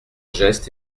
gestes